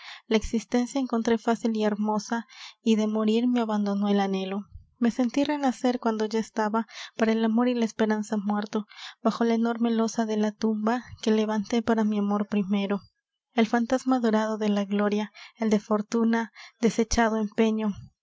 la existencia encontré fácil y hermosa y de morir me abandonó el anhelo me sentí renacer cuando ya estaba para el amor y la esperanza muerto bajo la enorme losa de la tumba que levanté para mi amor primero el fantasma dorado de la gloria el de fortuna deshechado empeño